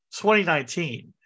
2019